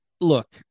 Look